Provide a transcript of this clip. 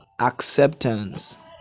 acceptance